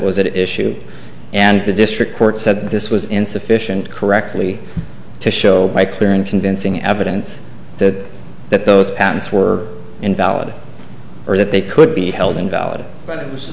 was at issue and the district court said that this was insufficient correctly to show by clear and convincing evidence that that those patents were invalid or that they could be held invalid but it was